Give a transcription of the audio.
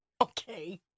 Okay